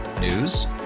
News